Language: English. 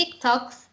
TikToks